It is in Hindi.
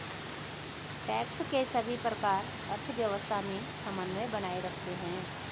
टैक्स के सभी प्रकार अर्थव्यवस्था में समन्वय बनाए रखते हैं